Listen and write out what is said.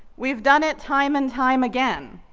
we've done it time and time again.